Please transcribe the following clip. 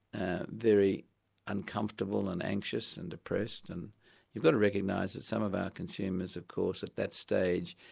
ah very uncomfortable and anxious and depressed. and you've got to recognise that some of our consumers of course at that stage,